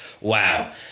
wow